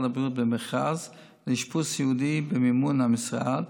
הבריאות במכרז לאשפוז סיעודי במימון המשרד,